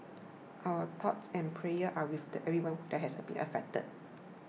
our thoughts and prayers are with everyone that has been affected